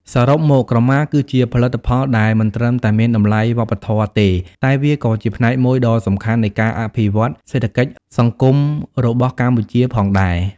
សរុបមក ក្រមាគឺជាផលិតផលដែលមិនត្រឹមតែមានតម្លៃវប្បធម៌ទេ តែវាក៏ជាផ្នែកមួយដ៏សំខាន់នៃការអភិវឌ្ឍសេដ្ឋកិច្ចសង្គមរបស់កម្ពុជាផងដែរ។